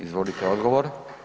Izvolite odgovor.